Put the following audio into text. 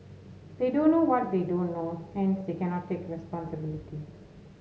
they don't know what they don't know hence they cannot take responsibility